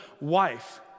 wife